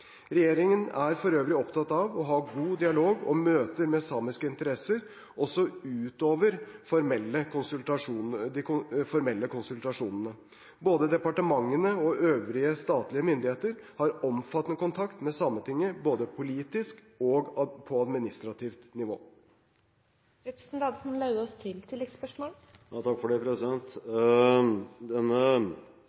Regjeringen er for øvrig opptatt av å ha en god dialog og møter med samiske interesser også utover de formelle konsultasjonene. Både departementene og øvrige statlige myndigheter har omfattende kontakt med Sametinget både på politisk og administrativt nivå.